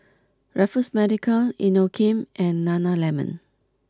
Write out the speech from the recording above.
Raffles Medical Inokim and Nana Lemon